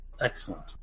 Excellent